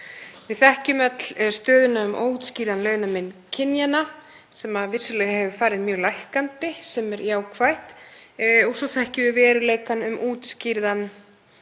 Við þekkjum öll stöðuna um óútskýrðan launamun kynjanna sem vissulega hefur farið mjög minnkandi, sem er jákvætt, og svo þekkjum við veruleikann um annan